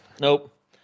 Nope